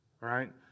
right